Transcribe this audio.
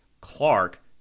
Clark